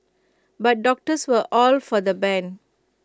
but doctors were all for the ban